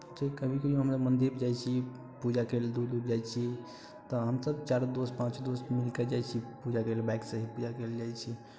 कभी कभी हम मन्दिर जाइत छी पूजाके लेल दूर दूर जाइ छी तऽ हमसभ चारू दोस्त पाँच दोस्त मिलकर जाइ छी पूजा करै लेल बाइकसँ ही पूजा करै लेल जाइ छी